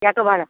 ह्याचं भाडं